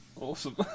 Awesome